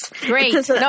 Great